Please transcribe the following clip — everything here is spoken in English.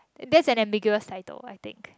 that's an ambiguous title I think